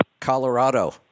Colorado